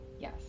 Yes